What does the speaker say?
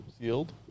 Sealed